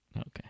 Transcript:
Okay